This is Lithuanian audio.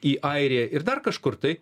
į airiją ir dar kažkur tai